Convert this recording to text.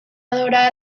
adora